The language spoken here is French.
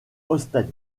holstein